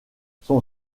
son